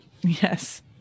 Yes